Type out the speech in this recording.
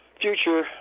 future